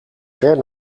ver